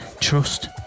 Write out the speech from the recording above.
trust